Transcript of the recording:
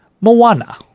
Moana